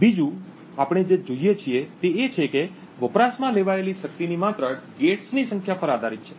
બીજું આપણે જે જોઈએ છીએ તે એ છે કે વપરાશમાં લેવાયેલી શક્તિની માત્રા ગૅટ્સ ની સંખ્યા પર આધારિત છે